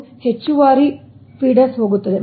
ಇದು ಹೆಚ್ಚುವರಿ ಫೀಡರ್ಗಳಿಗೆ ಹೋಗುತ್ತದೆ